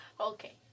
Okay